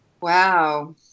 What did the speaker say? Wow